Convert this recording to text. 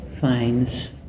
finds